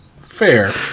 Fair